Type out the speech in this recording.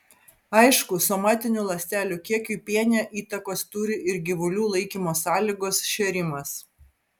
aišku somatinių ląstelių kiekiui piene įtakos turi ir gyvulių laikymo sąlygos šėrimas